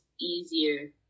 easier